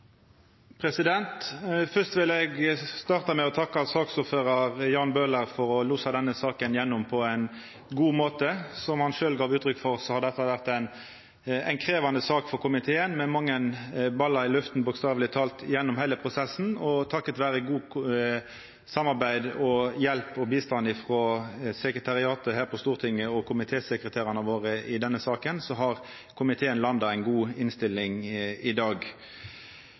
å takka saksordførar Jan Bøhler for å ha losa denne saka gjennom på ein god måte. Som han sjølv gav uttrykk for, har dette vore ei krevjande sak for komiteen, med mange ballar i lufta gjennom heile prosessen. Takk vera godt samarbeid, hjelp og bistand frå sekretariatet her på Stortinget og komitésekretærane våre i denne saka har komiteen landa ei god innstilling i dag.